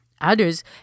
Others